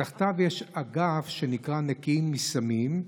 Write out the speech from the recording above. תחתיו יש אגף שנקרא "נקיים מסמים",